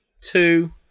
two